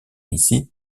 ici